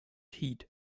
heat